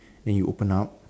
then you open up